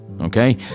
okay